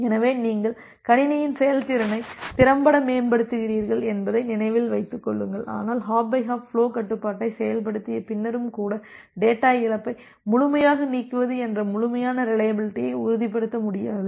எனவே நீங்கள் கணினியின் செயல்திறனை திறம்பட மேம்படுத்துகிறீர்கள் என்பதை நினைவில் வைத்துக் கொள்ளுங்கள் ஆனால் ஹாப் பை ஹாப் ஃபுலோ கட்டுப்பாட்டை செயல்படுத்திய பின்னரும் கூட டேட்டா இழப்பை முழுமையாக நீக்குவது என்ற முழுமையான ரிலையபிலிட்டியை உறுதிப்படுத்த முடியாது